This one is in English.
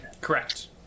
correct